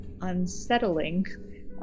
unsettling